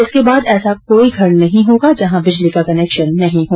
इसके बाद ऐसा कोई घर नहीं होगा जहां बिजली का कनेक्शन नहीं हो